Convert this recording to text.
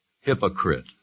Hypocrite